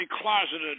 closeted